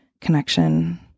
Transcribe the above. connection